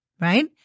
right